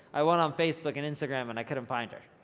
i went on facebook and instagram and i couldn't find her.